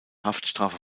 haftstrafe